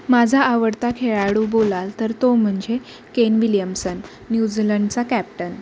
माझा आवडता खेळाडू बोलाल तर तो म्हणजे केन विलियमसन न्यूझीलंडचा कॅप्टन